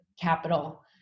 capital